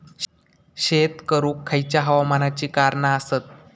शेत करुक खयच्या हवामानाची कारणा आसत?